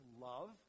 love